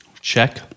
check